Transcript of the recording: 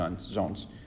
zones